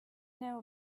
know